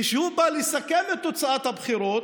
כשהוא בא לסכם את תוצאות הבחירות,